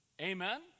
Amen